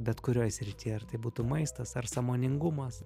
bet kurioj srity ar tai būtų maistas ar sąmoningumas